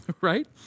right